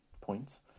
points